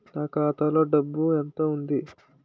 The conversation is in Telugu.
నా ఖాతాలో డబ్బు ఎంత ఉంది?